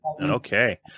okay